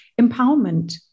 empowerment